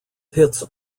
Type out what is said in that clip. pits